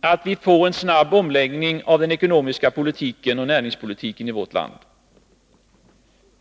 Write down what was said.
att vi snabbt får en omläggning av den ekonomiska politiken och näringspolitiken.